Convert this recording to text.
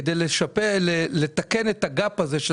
כדי לתקן את הפער הזה,